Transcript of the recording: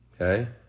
Okay